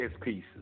pieces